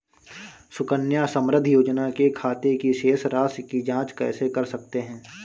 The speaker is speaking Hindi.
सुकन्या समृद्धि योजना के खाते की शेष राशि की जाँच कैसे कर सकते हैं?